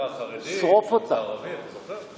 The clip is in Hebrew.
החברה החרדית, המגזר הערבי, אתה זוכר?